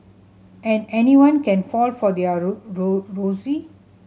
and anyone can fall for their ruse